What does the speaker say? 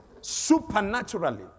Supernaturally